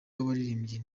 w’abaririmbyi